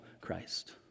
Christ